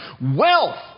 wealth